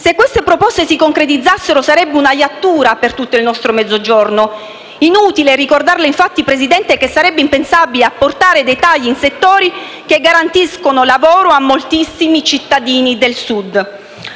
Se queste proposte si concretizzassero sarebbe una iattura per tutto il nostro Mezzogiorno. Inutile ricordarle, infatti, Presidente, che sarebbe impensabile apportare dei tagli in settori che garantiscono lavoro a moltissimi cittadini del Sud.